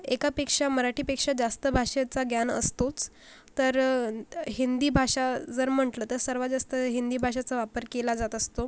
एकापेक्षा मराठीपेक्षा जास्त भाषेचा ज्ञान असतोच तर हिंदी भाषा जर म्हटलं तं सर्वात जास्त हिंदी भाषेचा वापर केला जात असतो